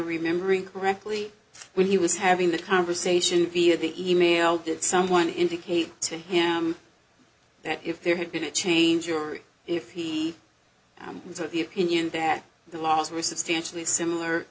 remembering correctly when he was having that conversation via the e mail did someone indicate to him that if there had been a change or if he was of the opinion that the laws were substantially similar